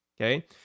okay